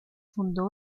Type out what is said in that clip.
fundó